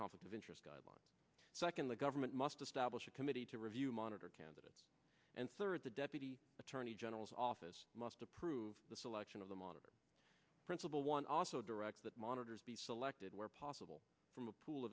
conflict of interest guidelines so i can the government must establish a committee to review monitor candidates and serve the deputy attorney general's office must approve the selection of the monitor principal one also directs that monitors be selected where possible from a pool